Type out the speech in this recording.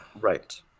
Right